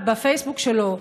הממשלה, בפייסבוק שלו,